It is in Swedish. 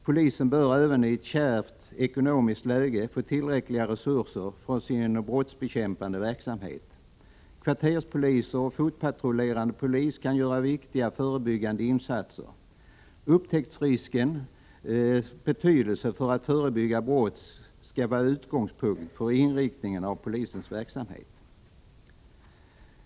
Polisen bör även i ett kärvt ekonomiskt läge få tillräckliga resurser för sin brottsbekämpande verksamhet. Kvarterspoliser och fotpatrullerande poliser kan göra viktiga förebyggande insatser. Upptäcktsriskens betydelse för att förebygga brott skall vara utgångspunkten för inriktningen av polisens verksamhet.